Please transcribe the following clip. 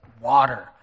water